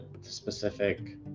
specific